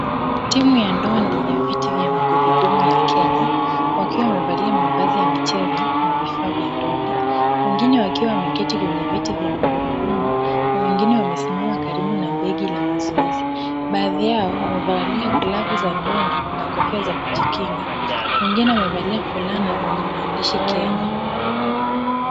Timu ya ndondi ya viti vya magurudumu ya Kenya, wakiwa wamevalia mavazi ya michezo na vifaa vya ndoni. Mwingine akiwa ameketi kwenye viti vya magurudumu, mwingine amesimama karibu na begi la mazoezi. Baadhi yao wamevalia glovu za ndondi na kofia ya kujikinga, wengine wamevalia fulana zenye maandishi 'Kenya'.